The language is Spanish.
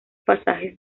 pasajes